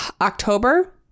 October